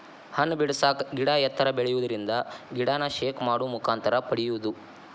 ಹಣ್ಣ ಬಿಡಸಾಕ ಗಿಡಾ ಎತ್ತರ ಬೆಳಿಯುದರಿಂದ ಗಿಡಾನ ಶೇಕ್ ಮಾಡು ಮುಖಾಂತರ ಪಡಿಯುದು